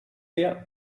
der